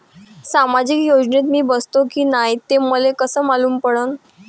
सामाजिक योजनेत मी बसतो की नाय हे मले कस मालूम पडन?